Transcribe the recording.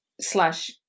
slash